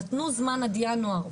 נתנו זמן עד ינואר,